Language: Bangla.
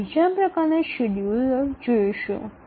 আমরা অন্যান্য ধরণের শিডিউল দেখতে পাব